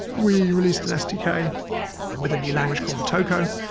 we released an sdk with a new language called motoko.